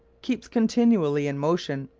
keeps continually in motion,